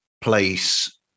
place